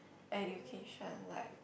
education like